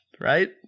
right